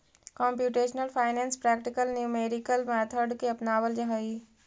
computational finance practical numerical method के अपनावऽ हई